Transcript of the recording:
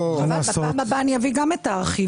בפעם הבאה אני גם אביא את הארכיב.